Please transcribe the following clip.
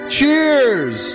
Cheers